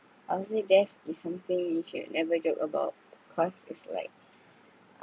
I would say death is something you should never joke about because it's like